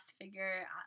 figure